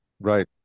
Right